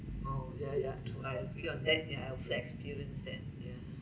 oh yeah yeah true I agree on that yeah I have sad experience that yeah